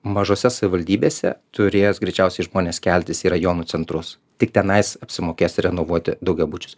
mažose savivaldybėse turės greičiausiai žmonės keltis į rajonų centrus tik tenais apsimokės renovuoti daugiabučius